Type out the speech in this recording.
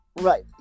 Right